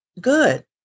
good